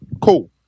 Cool